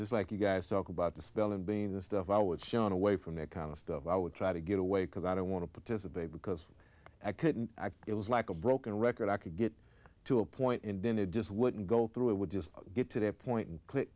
just like you guys talk about the spelling being the stuff i would shun away from that kind of stuff i would try to get away because i don't want to participate because i couldn't it was like a broken record i could get to a point and then it just wouldn't go through it would just get to a point and click